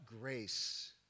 grace